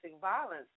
violence